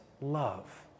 love